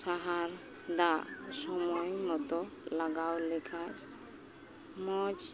ᱥᱟᱦᱟᱨ ᱫᱟᱜ ᱥᱚᱢᱚᱭ ᱢᱚᱛᱚ ᱞᱟᱜᱟᱣ ᱞᱮᱠᱷᱟᱡ ᱢᱚᱡᱽ